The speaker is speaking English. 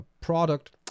product